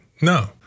No